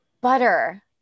butter